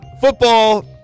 Football